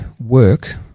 work